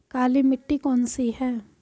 काली मिट्टी कौन सी है?